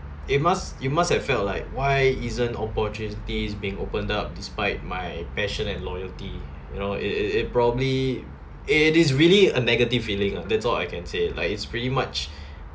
you must you must have felt like why isn't opportunities being opened up despite my passion and loyalty you know it it it probably it it is really a negative feeling ah that's all I can say like it's pretty much